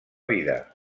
vida